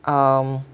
um